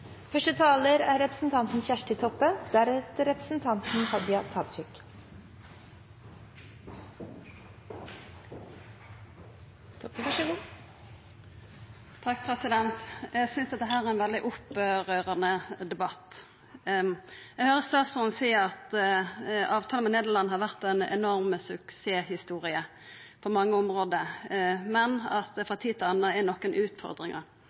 Eg synest dette er ein veldig opprørande debatt. Eg høyrer statsråden seier at avtalen med Nederland har vore ei enorm suksesshistorie på mange område, men at det frå tid til anna er nokre utfordringar.